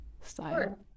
style